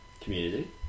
Community